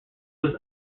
was